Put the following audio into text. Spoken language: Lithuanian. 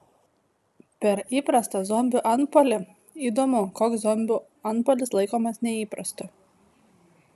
per įprastą zombių antpuolį įdomu koks zombių antpuolis laikomas neįprastu